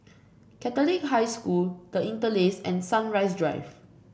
Catholic High School The Interlace and Sunrise Drive